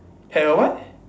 at her what